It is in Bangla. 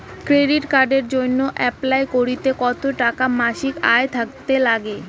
ক্রেডিট কার্ডের জইন্যে অ্যাপ্লাই করিতে কতো টাকা মাসিক আয় থাকা নাগবে?